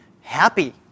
happy